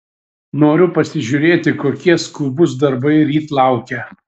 noriu pasižiūrėti kokie skubūs darbai ryt laukia